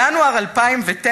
ינואר 2009,